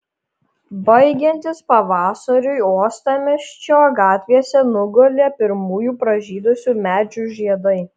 baigiantis pavasariui uostamiesčio gatvėse nugulė pirmųjų pražydusių medžių žiedai